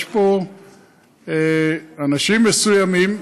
יש פה אנשים מסוימים,